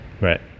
Right